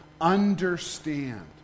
understand